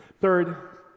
Third